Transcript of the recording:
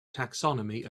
taxonomy